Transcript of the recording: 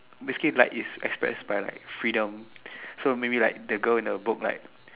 escape like is expressed by like freedom so maybe like the girl in the book like